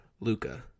Luca